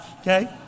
Okay